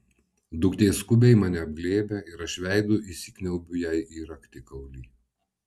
duktė skubiai mane apglėbia ir aš veidu įsikniaubiu jai į raktikaulį